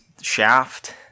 Shaft